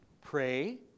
Pray